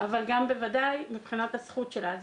אבל גם בוודאי מבחינת הזכות שלה.